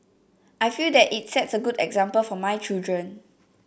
I feel that it sets a good example for my children